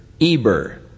Eber